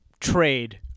trade